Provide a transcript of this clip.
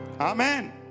Amen